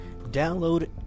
Download